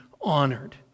honored